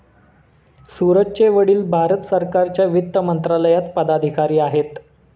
सूरजचे वडील भारत सरकारच्या वित्त मंत्रालयात पदाधिकारी आहेत